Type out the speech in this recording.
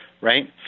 right